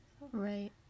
Right